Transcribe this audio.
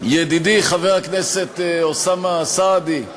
ידידי חבר הכנסת אוסאמה סעדי.